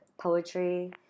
poetry